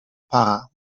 para